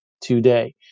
today